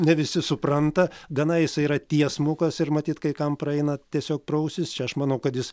ne visi supranta gana jisai yra tiesmukas ir matyt kai kam praeina tiesiog pro ausis čia aš manau kad jis